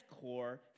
core